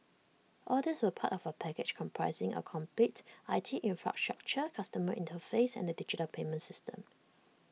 all these were part of A package comprising A complete I T infrastructure customer interface and A digital payment system